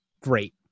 great